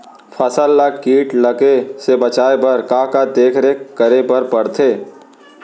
फसल ला किट लगे से बचाए बर, का का देखरेख करे बर परथे?